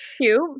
Cute